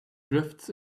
drifts